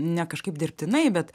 ne kažkaip dirbtinai bet